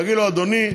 יגיד לו: אדוני,